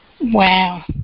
Wow